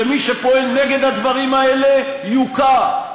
שמי שפועל נגד הדברים האלה יוקע,